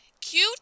Cute